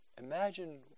imagine